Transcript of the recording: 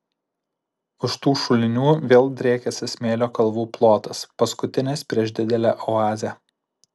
už tų šulinių vėl driekiasi smėlio kalvų plotas paskutinis prieš didelę oazę